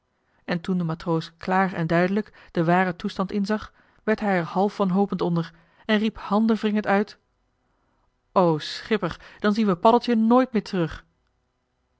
en toen de matroos klaar en duidelijk den waren toestand inzag werd hij er half wanhopend onder en riep handenwringend uit o schipper dan zien we paddeltje nooit meer terug